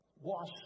wash